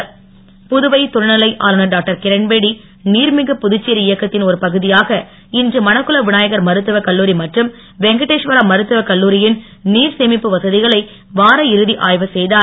இரண்பேடி புதுவை துணை நிலை ஆளுநர் டாக்டர் கிரண்பேடி நீர் மிகு புதுச்சேரி இயக்கத்தின் ஒரு பகுதியாக இன்று மணக்குள விநாயகர் மருத்துவக் கல்லூரி மற்றும் வெங்கடேஸ்வரா மருத்துவக் கல்லூரியின் நீர் சேமிப்பு வசதிகளை வார இறுதி ஆய்வு செய்தார்